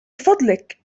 فضلك